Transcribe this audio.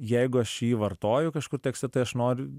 jeigu aš jį vartoju kažkur tekste tai aš noriu